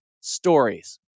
stories